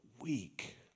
weak